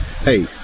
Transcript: hey